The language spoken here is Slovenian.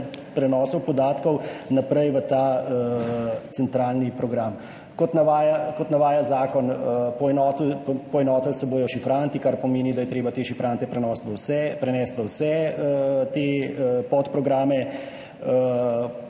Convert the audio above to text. prenosov podatkov naprej v ta centralni program. Kot navaja, kot navaja zakon, poenotili, poenotili se bodo šifranti, kar pomeni, da je treba te šifrante, prenos v vse prenesti, vse te podprograme,